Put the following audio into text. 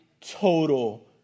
total